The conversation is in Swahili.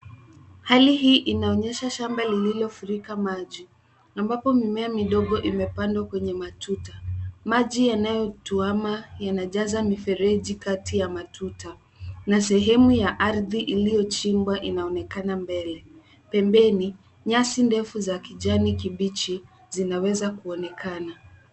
Hali hii inaonyesha shamba lilio furika maji ambapo mimea midogo ime pandwa kwenye matuta. Maji yanayo tuama yanajaza mifereji kati ya matuta na sehemu ya ardhi iliyo chimbwa inaonekana mbele. Pembeni nyasi ndefu za kijani kibichi zinaweza kuonekana.